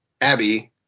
Abby